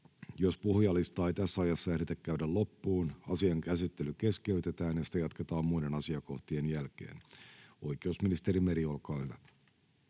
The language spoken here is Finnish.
Jos puhujalistaa ei tässä ajassa ehditä käydä loppuun, asian käsittely keskeytetään ja sitä jatketaan muiden asiakohtien jälkeen. — Oikeusministeri Meri, olkaa hyvä.